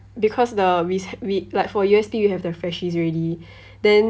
because the we s~ we like for U_S_P we have the freshies already then